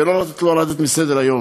ולא לתת לו לרדת מסדר-היום.